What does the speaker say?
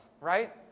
right